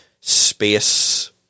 space